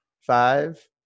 Five